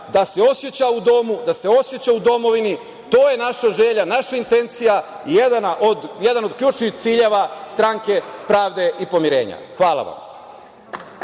da se oseća u domu, da se oseća u domovini. To je naša želja, naša intencija i jedan od ključnih ciljeva Stranke pravde i pomirenja. Hvala vam.